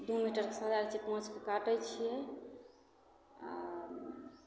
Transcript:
दू मीटर कपड़ा रहय छै पाँचके काटय छियै आओर